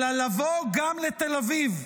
אלא לבוא גם לתל אביב,